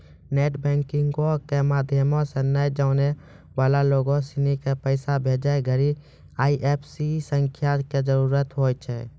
net बैंकिंगो के माध्यमो से नै जानै बाला लोगो सिनी के पैसा भेजै घड़ि आई.एफ.एस.सी संख्या के जरूरत होय छै